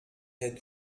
head